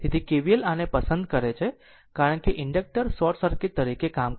તેથી KVL આને પસંદ કરે છે કારણ કે ઇન્ડક્ટર શોર્ટ સર્કિટ તરીકે કામ કરે છે